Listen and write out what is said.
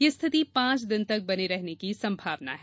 यह स्थिति पांच दिन तक बने रहने की संभावना है